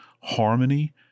Harmony